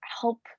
help